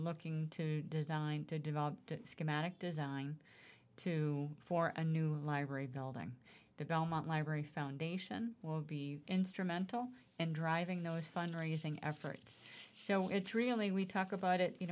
looking to design to develop the schematic design too for a new library building the belmont library foundation will be instrumental in driving those fund raising efforts so it's really we talk about it you